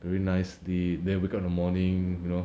very nice sleep then wake up in the morning you know